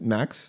Max